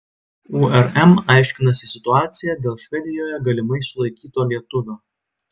urm aiškinasi situaciją dėl švedijoje galimai sulaikyto lietuvio